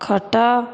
ଖଟ